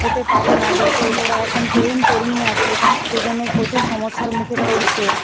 হতে পারে না যেহেতু ওরা এখন তরুণ তরুণী আছে সেজন্য প্রচুর সমস্যার মুখে পড়ছে